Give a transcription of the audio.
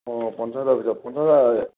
অ' পঞ্চায়ত অফিচত